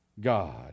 God